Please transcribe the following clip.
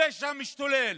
הפשע משתולל,